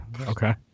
Okay